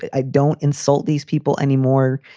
i don't insult these people anymore.